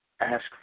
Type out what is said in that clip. ask